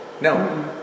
No